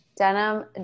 denim